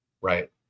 right